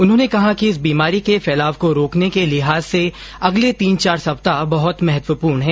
उन्होंने कहा कि इस बीमारी के फैलाव को रोकने के लिहाज से अगले तीन चार सप्ताह बहुत महत्वपूर्ण हैं